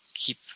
Keep